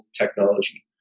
technology